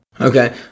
Okay